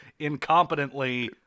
incompetently